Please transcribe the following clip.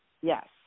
Yes